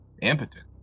impotent